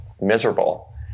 miserable